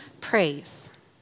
praise